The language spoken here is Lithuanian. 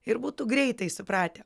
ir būtų greitai supratę